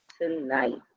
tonight